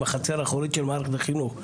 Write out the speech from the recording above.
עם החצר האחורית של מערכת החינוך.